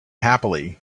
happily